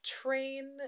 train